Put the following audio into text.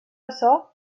açò